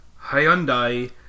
Hyundai